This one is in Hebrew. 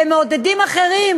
והם מעודדים אחרים